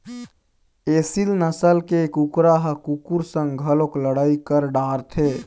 एसील नसल के कुकरा ह कुकुर संग घलोक लड़ई कर डारथे